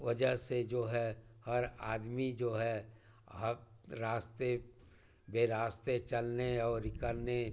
वजह से जो है हर आदमी जो है रास्ते बेरास्ते चलने और यह करने